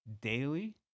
daily